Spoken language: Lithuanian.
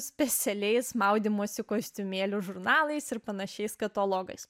specialiais maudymosi kostiumėlių žurnalais ir panašiais katalogais